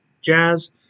jazz